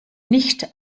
nicht